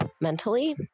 mentally